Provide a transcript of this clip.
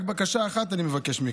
רק בקשה אחת אני מבקש מכם: